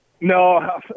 No